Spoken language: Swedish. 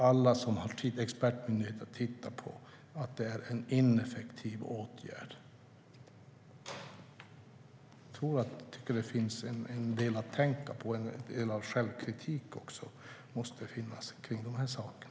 Alla expertmyndigheter som tittat på det har sagt att det är en ineffektiv åtgärd.